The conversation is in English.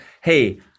hey